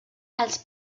els